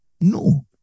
No